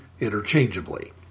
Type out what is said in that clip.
interchangeably